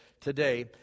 today